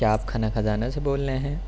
کیا آپ کھانا خزانہ سے بول رہے ہیں